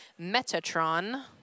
Metatron